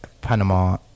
Panama